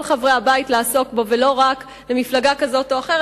חברי הבית לעסוק בו ולא רק למפלגה כזאת או אחרת,